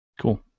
Cool